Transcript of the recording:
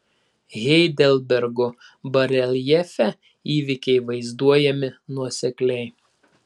heidelbergo bareljefe įvykiai vaizduojami nuosekliai